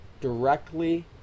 Directly